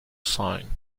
sign